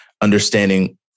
understanding